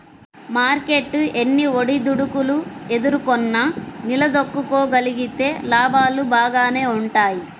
market ఎన్ని ఒడిదుడుకులు ఎదుర్కొన్నా నిలదొక్కుకోగలిగితే లాభాలు బాగానే వుంటయ్యి